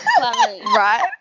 right